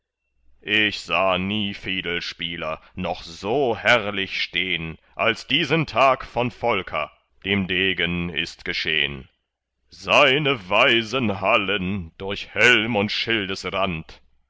ich sah nie fiedelspieler noch so herrlich stehn als diesen tag von volker dem degen ist geschehn seine weisen hallen durch helm und